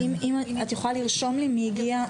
את יכולה לרשום לי מי הגיע?